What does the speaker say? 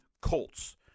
Colts